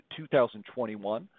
2021